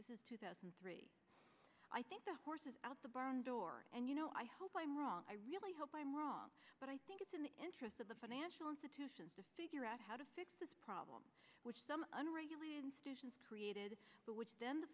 this is two thousand and three i think the horse is out the barn door and you know i hope i'm wrong i really hope i'm wrong but i think it's in the interest of the financial institutions to figure out how to fix this problem which some unregulated institutions created which then the